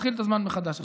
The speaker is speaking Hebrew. תתחיל את הזמן מחדש עכשיו.